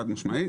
חד משמעית.